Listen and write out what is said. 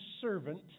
servant